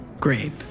Great